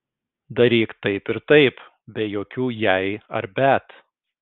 daryk taip ir taip be jokių jei ar bet